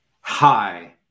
hi